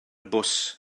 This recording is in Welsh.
bws